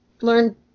learn